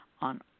on